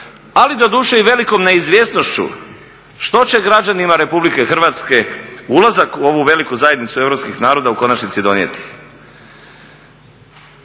ali doduše i velikom neizvjesnošću što će građanima RH ulazak u ovu veliku zajednicu europskih naroda u konačnici donijeti.